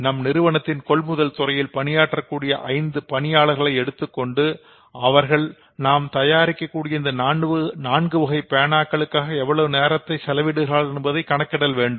நம் நிறுவனத்தின் கொள்முதல் துறையில் பணியாற்ற கூடிய ஒரு ஐந்து பணியாளர்களை எடுத்துக் கொண்டு அவர்கள் நாம் தயாரிக்க கூடிய இந்த நான்கு வகை பேனாக்களுக்காக எவ்வளவு நேரத்தைச் செலவிடுகிறார்கள் என்பதை கணக்கிடல் செய்ய வேண்டும்